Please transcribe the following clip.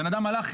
בן אדם הלך,